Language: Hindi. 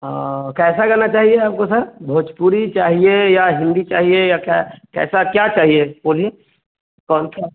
हाँ कैसा गाना चाहिए आपको सर भोजपुरी चाहिए या हिन्दी चाहिए या क्या कैसा क्या चाहिए बोलिए कौनसा